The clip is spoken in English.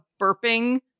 burping